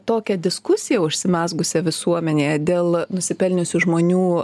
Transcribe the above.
tokią diskusiją užsimezgusią visuomenėje dėl nusipelniusių žmonių